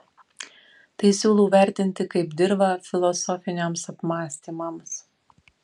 tai siūlau vertinti kaip dirvą filosofiniams apmąstymams